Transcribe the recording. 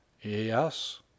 yes